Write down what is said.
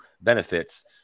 benefits